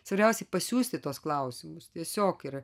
svarbiausia pasiųsti tuos klausimus tiesiog yra